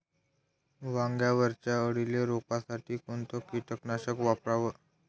वांग्यावरच्या अळीले रोकासाठी कोनतं कीटकनाशक वापराव?